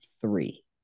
three